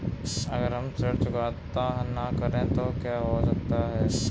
अगर हम ऋण चुकता न करें तो क्या हो सकता है?